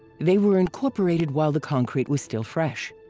they were incorporated while the concrete was still fresh